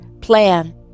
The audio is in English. plan